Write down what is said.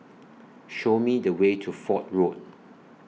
Show Me The Way to Fort Road